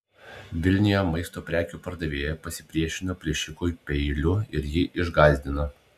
vilniuje maisto prekių pardavėja pasipriešino plėšikui peiliu ir jį išgąsdino